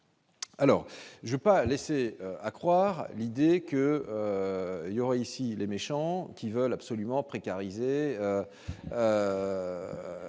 Alors j'ai pas laisser accroire l'idée que, il y aurait ici les méchants qui veulent absolument pris.